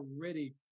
already